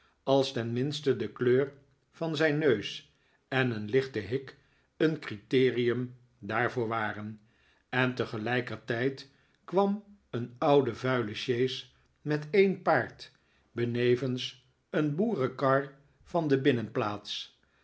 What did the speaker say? als tenminste de kleur van zijn neus en een lichte hik een criterium daarvoor waren en tegelijkertijd kwam een oude vuile sjees met een paard benevens een boerenkar van de binnenplaats